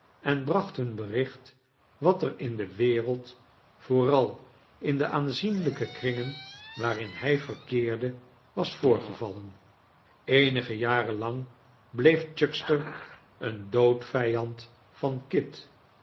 en bracht hun bericht wat er in de wereld vooral in de aanzienlijke kringen waarin hij verkeerde was voorgevallen eenige jaren lang bleef chuckster een doodvijand van kit